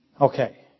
Okay